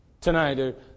Tonight